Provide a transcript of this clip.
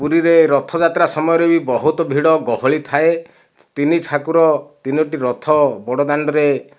ପୁରୀରେ ରଥଯାତ୍ରା ସମୟରେ ବି ବହୁତ ଭିଡ଼ ଗହଳି ଥାଏ ତିନି ଠାକୁର ତିନୋଟି ରଥ ବଡ଼ ଦାଣ୍ଡରେ